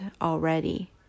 already